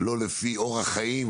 לא לפי אורח חיים,